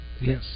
Yes